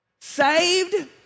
Saved